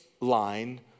line